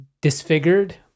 disfigured